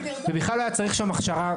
ובכלל לא היתה נדרשת שם הכשרה.